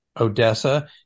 Odessa